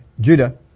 Judah